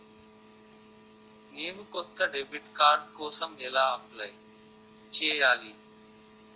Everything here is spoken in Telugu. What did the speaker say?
నేను కొత్త డెబిట్ కార్డ్ కోసం ఎలా అప్లయ్ చేయాలి?